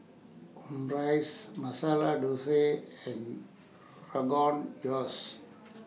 Omurice Masala Dosa and Rogan Josh